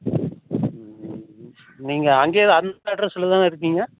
அங்கே தான் அந்த அட்ரஸ்ல தான இருக்கிங்க